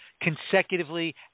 consecutively